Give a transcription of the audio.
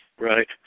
right